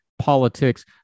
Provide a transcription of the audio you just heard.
politics